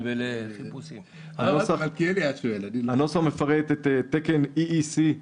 הנוסח מפרט את תקן E.E.C (E.C)